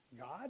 God